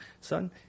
son